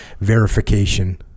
verification